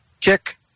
kick